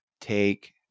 take